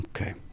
Okay